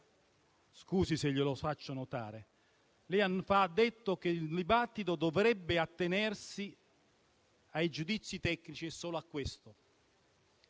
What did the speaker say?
scusi se glielo faccio notare, ma lei ha detto che il dibattito dovrebbe attenersi ai giudizi tecnici e solo a questo.